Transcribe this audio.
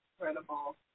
credible